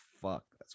Fuck